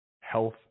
health